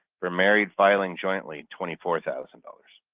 for married, filing jointly, twenty four thousand dollars.